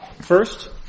First